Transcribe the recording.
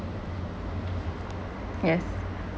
yes